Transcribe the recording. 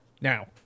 now